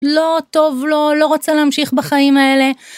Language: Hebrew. לא טוב לא לא רוצה להמשיך בחיים האלה.